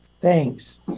Thanks